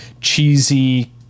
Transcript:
cheesy